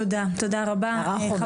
תודה רבה.